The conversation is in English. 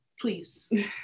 Please